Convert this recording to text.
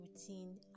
routine